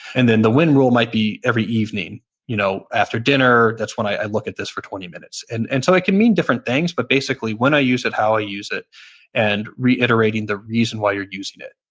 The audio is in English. and then, the when rule might be every evening you know after dinner that's when i look at this for twenty minutes and and so it can mean different things, but basically, when i use it, how i use it and reiterating the reason why you're using it.